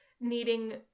needing